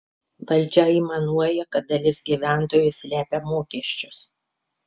valdžia aimanuoja kad dalis gyventojų slepia mokesčius